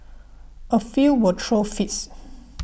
a few will throw fits